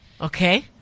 Okay